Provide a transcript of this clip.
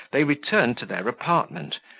they returned to their apartment,